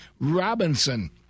Robinson